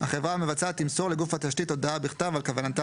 החברה המבצעת תמסור לגוף התשתית הודעה בכתב על כוונתה